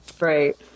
Right